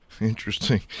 Interesting